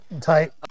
Tight